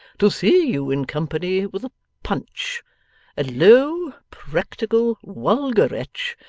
to see you in company with a punch a low, practical, wulgar wretch,